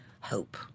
hope